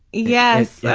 yes, yeah